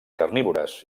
carnívores